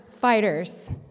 fighters